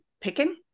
picking